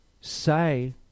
say